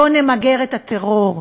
לא נמגר את הטרור.